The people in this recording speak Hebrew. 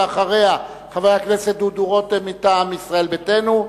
לאחריה חבר הכנסת דודו רותם מטעם ישראל ביתנו,